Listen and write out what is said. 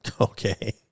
Okay